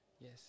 yes